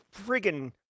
friggin